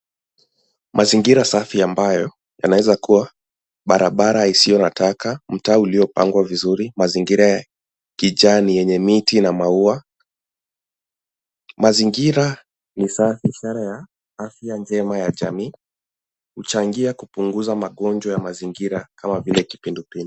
Mazingira safi ambayo yanawezakua barabara isiyokua na taka, mtaa uliopangwa vizuri, mazingira ya kijani yenye miti na maua. Mazingira ni safi sana ya afya njema ya jamii , huchangia kupunguza magonjwa ya mazingira, kama vile kipindupindu.